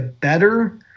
better